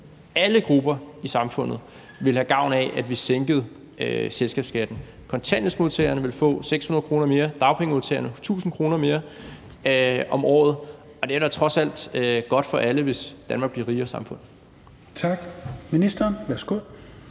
alle – grupper i samfundet ville have gavn af, at vi sænkede selskabsskatten. Kontanthjælpsmodtagerne ville få 600 kr. mere og dagpengemodtagerne ville få 1.000 kr. mere om året, og det er dog trods alt godt for alle, hvis Danmark bliver et rigere samfund. Kl. 14:29 Tredje